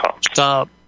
Stop